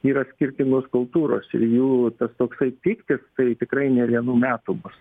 yra skirtingos kultūros ir jų tas toksai pyktis tai tikrai ne vienų metų bus